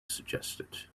suggested